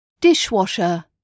Dishwasher